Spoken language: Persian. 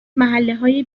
محلههای